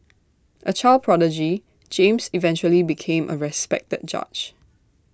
A child prodigy James eventually became A respected judge